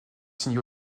signé